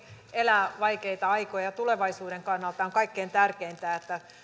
elää vaikeita aikoja ja tulevaisuuden kannalta on kaikkein tärkeintä että